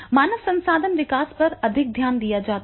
मानव संसाधन विकास पर अधिक ध्यान दिया जाता है